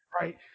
right